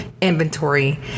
inventory